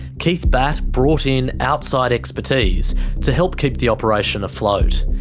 keith batt brought in outside expertise to help keep the operation afloat.